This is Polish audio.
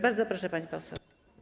Bardzo proszę, pani poseł.